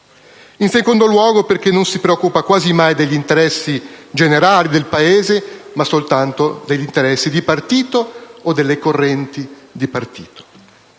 in secondo luogo perché non si preoccupa quasi mai degli interessi generali del Paese, ma soltanto degli interessi di partito o delle correnti di partito.